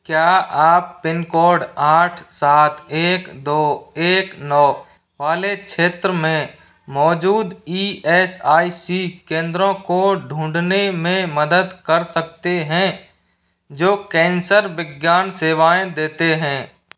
क्या आप pin code आठ सात एक दो एक नौ वाले क्षेत्र में मौजूद ई एस आई सी केंद्रों को ढूँढने में मदद कर सकते हैं जो कैंसर विज्ञान सेवाएँ देते हैं